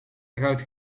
eruit